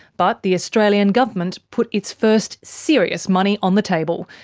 but the australian government put its first serious money on the table,